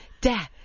dad